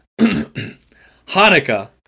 Hanukkah